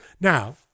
now